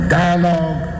dialogue